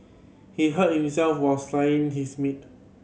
he hurt himself while slicing his meat